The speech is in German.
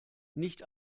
nicht